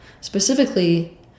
Specifically